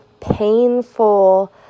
painful